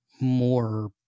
more